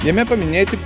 jame paminėti